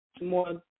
more